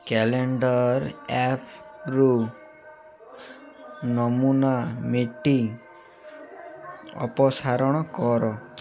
calendar ଆପ୍ରୁ ନମୁନା meeting ଅପସାରଣ କର